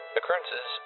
Occurrences